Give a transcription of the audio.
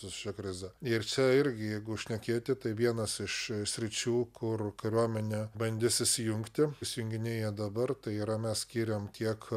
su šia krize ir čia irgi jeigu šnekėti tai vienas iš sričių kur kariuomenė bandys įsijungti įsijunginėja dabar tai yra mes skiriam tiek